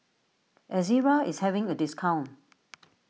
Ezerra is having a discount